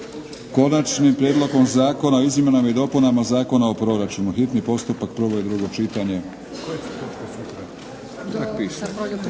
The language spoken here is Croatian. Konačnim prijedlogom Zakona o izmjenama i dopunama Zakona o proračunu, hitni postupak, prvo i drugo čitanje,